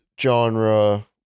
genre